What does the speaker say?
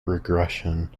regression